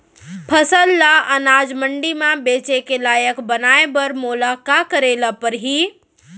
फसल ल अनाज मंडी म बेचे के लायक बनाय बर मोला का करे ल परही?